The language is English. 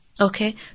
Okay